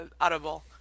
audible